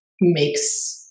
makes